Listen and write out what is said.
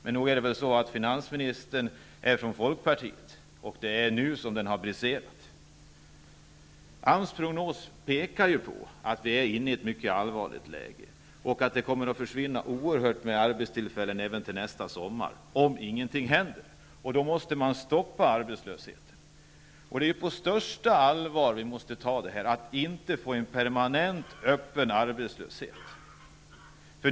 Nog är det väl så att finansministern representerar Folkpartiet, och det är nu som bomben har briserat. AMS prognos pekar på att vi är inne i ett mycket allvarligt läge och att oerhört många arbetstillfällen kommer att försvinna till nästa sommar, om ingenting händer. Då måste man stoppa arbetslösheten. Det är på största allvar vi måste ta det här för att vi inte skall få en permanent öppen arbetslöshet.